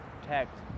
protect